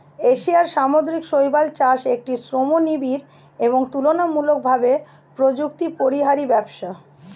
এশিয়ার সামুদ্রিক শৈবাল চাষ একটি শ্রমনিবিড় এবং তুলনামূলকভাবে প্রযুক্তিপরিহারী ব্যবসা